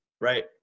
Right